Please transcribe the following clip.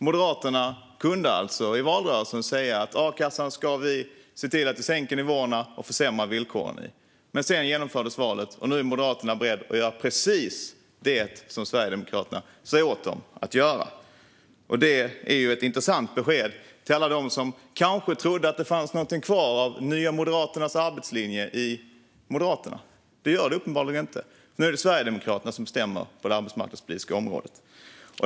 Moderaterna kunde i valrörelsen säga att de skulle sänka nivåerna och försämra villkoren i a-kassan, men nu, efter att valet genomförts, är Moderaterna beredda att göra precis det som Sverigedemokraterna säger åt dem att göra. Det är ett intressant besked till alla dem som kanske trodde att det fanns något kvar av Nya moderaternas arbetslinje i Moderaterna. Det gör det uppenbarligen inte. Nu är det Sverigedemokraterna som bestämmer på det arbetsmarknadspolitiska området.